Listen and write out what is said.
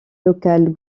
local